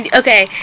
okay